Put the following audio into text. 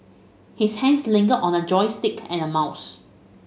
his hands lingered on a joystick and a mouse